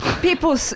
People